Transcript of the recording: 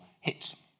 hits